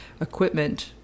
equipment